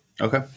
Okay